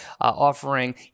offering